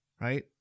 Right